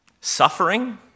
Suffering